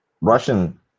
Russian